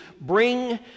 bring